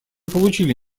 получили